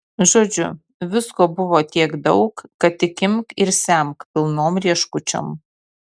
žodžiu visko buvo tiek daug kad tik imk ir semk pilnom rieškučiom